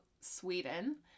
Sweden